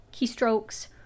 keystrokes